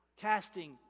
Casting